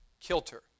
kilter